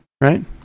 right